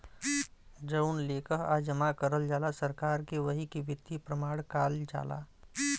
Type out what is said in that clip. जउन लेकःआ जमा करल जाला सरकार के वही के वित्तीय प्रमाण काल जाला